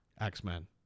X-Men